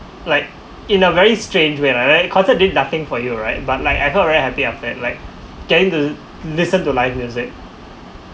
like in a very strange when I like concert did nothing for you right but like I heard very happy after that like going listen to live music